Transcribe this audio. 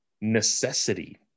necessity